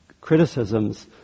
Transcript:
criticisms